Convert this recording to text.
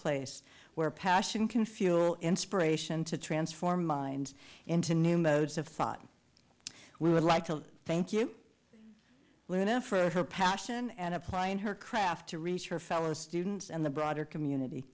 place where passion can fuel inspiration to transform minds into new modes of thought we would like to thank you well enough for her passion and applying her craft to reach her fellow students and the broader community